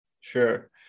Sure